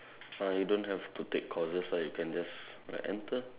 uh you don't have to take courses lah you can just like enter